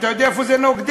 אתה יודע איפה זה נוקדים?